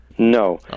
No